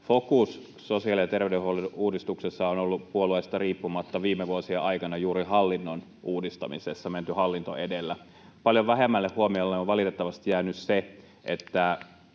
fokus sosiaali- ja terveydenhuollon uudistuksessa on ollut puolueesta riippumatta viime vuosien aikana juuri hallinnon uudistamisessa, on menty hallinto edellä. Paljon vähemmälle huomiolle on valitettavasti jäänyt se, että